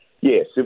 yes